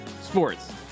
sports